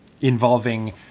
involving